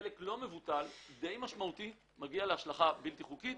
חלק לא מבוטל ודי משמעותי מגיע להשלכה בלתי חוקית,